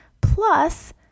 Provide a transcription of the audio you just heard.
Plus